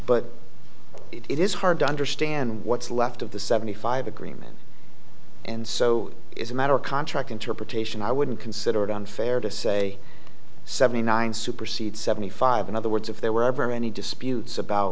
but it is hard to understand what's left of the seventy five agreement and so is a matter of contract interpretation i wouldn't consider it unfair to say seventy nine supersede seventy five in other words if there were ever any disputes about